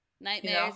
Nightmares